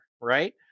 right